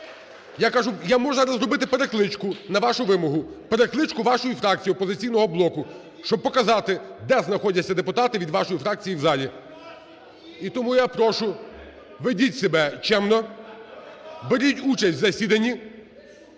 я кажу… Я можу зробити перекличку на вашу вимогу, перекличку вашої фракції "Опозиційного блоку", щоб показати, де знаходяться депутати від вашої фракції в залі. (Шум у залі) І тому я прошу, ведіть себе чемно, беріть участь у засіданні,